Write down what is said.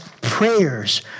prayers